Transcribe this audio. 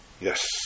yes